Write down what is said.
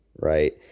right